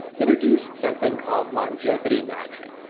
introduced something called longevity matching,